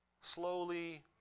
slowly